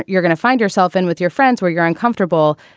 you're going to find herself in with your friends where you're uncomfortable.